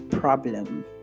problem